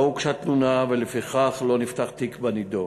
לא הוגשה תלונה, ולפיכך לא נפתח תיק בנדון.